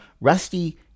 rusty